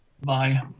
Bye